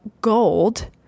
gold